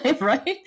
right